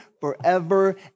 forever